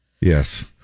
yes